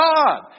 God